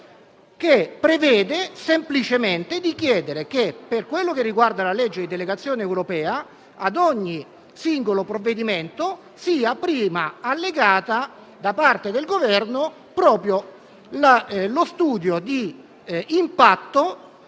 che prevede semplicemente di chiedere che, per quanto riguarda la legge di delegazione europea, ad ogni singolo provvedimento sia allegato, da parte del Governo, lo studio di impatto